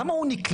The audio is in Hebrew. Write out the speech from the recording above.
למה הוא נקלה?